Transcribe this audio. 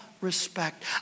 respect